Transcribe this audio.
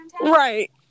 Right